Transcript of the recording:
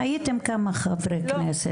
הייתם כמה חברי כנסת.